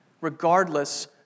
regardless